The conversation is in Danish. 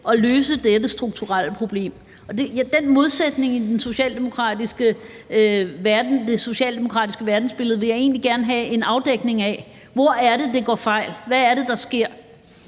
at løse dette strukturelle problem, og den modsætning i det socialdemokratiske verdensbillede vil jeg egentlig gerne have en afdækning af. Hvor er det, det går fejl? Hvad er det, der sker?